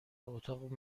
اتاق